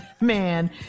man